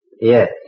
Yes